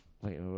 wait